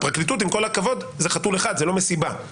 הפרקליטות עם כל הכבוד, זה חתול אחד, זה לא מסיבה.